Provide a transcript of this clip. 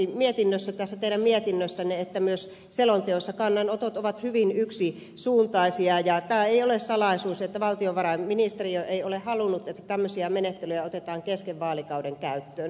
sekä tässä teidän mietinnössänne että myös selonteossa kannanotot ovat hyvin yksisuuntaisia ja tämä ei ole salaisuus että valtiovarainministeriö ei ole halunnut että tämmöisiä menettelyjä otetaan kesken vaalikauden käyttöön